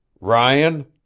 Ryan